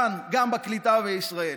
גם כאן, בקליטה בישראל.